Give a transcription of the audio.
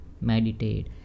meditate